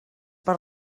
per